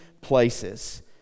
places